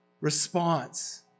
response